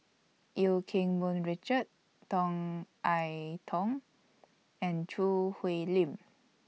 EU Keng Mun Richard Tan I Tong and Choo Hwee Lim